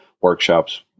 workshops